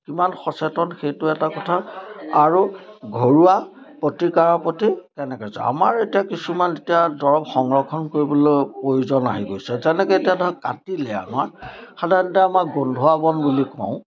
কিমান সচেতন সেইটো এটা কথা আৰু ঘৰুৱা প্ৰতিকাৰৰ প্ৰতি তেনেকৈ যায় আমাৰ এতিয়া কিছুমান এতিয়া দৰৱ সংৰক্ষণ কৰিবলৈ প্ৰয়োজন আহি গৈছে যেনেকৈ এতিয়া ধৰক কাটিলে আমাৰ সাধাৰণতে আমাৰ গোন্ধোৱাবন বুলি কওঁ